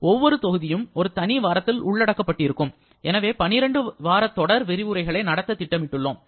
ஒவ்வொரு தொகுதியும் ஒரு தனி வாரத்தில் உள்ளடக்கப்பட்டிருக்கும் எனவே 12 வார தொடர் விரிவுரைகளை நடத்த திட்டமிட்டுள்ளோம்